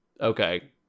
okay